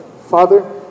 Father